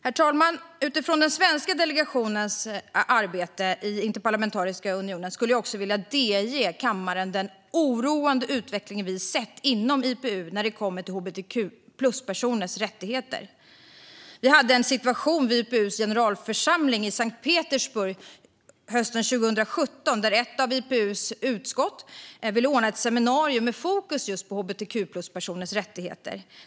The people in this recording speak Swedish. Herr talman! Utifrån den svenska delegationens arbete i Interparlamentariska unionen vill jag delge kammaren den oroande utveckling vi sett inom IPU vad gäller hbtq-plus-personers rättigheter. Vid IPU:s generalförsamling i Sankt Petersburg hösten 2017 inträffade en situation då ett av IPU:s utskott ville ordna ett seminarium med fokus på hbtq-plus-personers rättigheter.